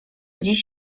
dziś